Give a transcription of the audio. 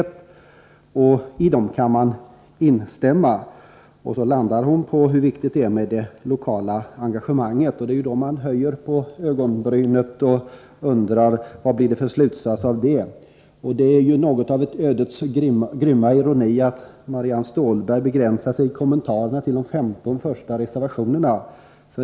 Det Marianne Stålberg sade på den punkten kan man instämma i. Men därefter ”landade” hon på betydelsen av det lokala engagemanget, och det är då man höjer på ögonbrynen och undrar vilken slutsats man skall dra. Det är ju något av ödets grymma ironi att Marianne Stålberg i kommentarerna begränsar sig till de 15 första reservationerna.